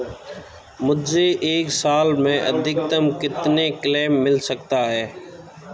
मुझे एक साल में अधिकतम कितने क्लेम मिल सकते हैं?